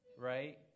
right